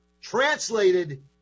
translated